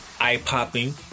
eye-popping